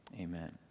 amen